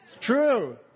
true